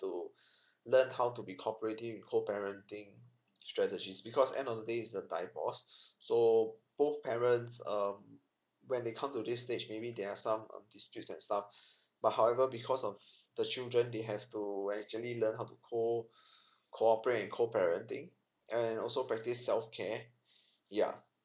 to learn how to be cooperative in co parenting strategies because end of the day is a divorce so both parents um when they come to this stage maybe there are some district and stuff but however because of the children they have to actually learn how to co cooperate and coparenting and also practice self care yeah